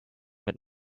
mit